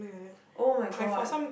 oh-my-god